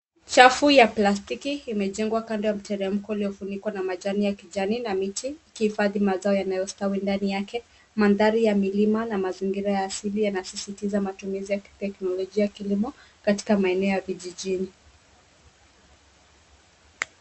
Chafu ya plastiki imejengwa kando ya mteremko uliofunikwa na majani ya kijani na miti ikihifadhi mazao yanayostawi ndani yake. Mandhari ya milima na mazingira ya asili yanasisitiza matumizi ya kiteknolojia ya kilimo katika maeneo ya vijijini.